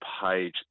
page